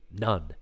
None